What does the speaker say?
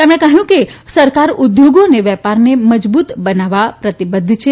તેમણે કહ્યું કે સરકાર ઉદ્યોગો અને વેપારને મજબૂત કરવા પ્રતિબદ્ધ છે